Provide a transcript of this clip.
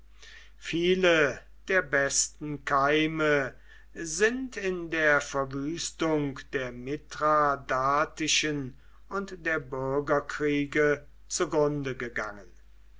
viele der besten keime sind in der verwüstung der mithradatischen und der bürgerkriege zugrunde gegangen